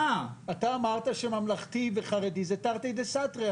אתה אמרת שממלכתי וחרדי זה תרתי דה סתרי.